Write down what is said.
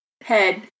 head